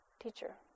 teacher